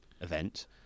event